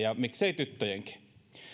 ja miksei tyttöjenkin